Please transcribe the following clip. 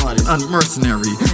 Unmercenary